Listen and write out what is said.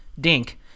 dink